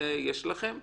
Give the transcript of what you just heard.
את זה יש לכם,